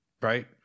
right